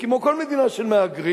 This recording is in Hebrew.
וכמו כל מדינה של מהגרים,